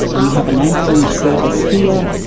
we have an ambulance service here,